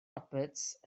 roberts